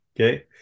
okay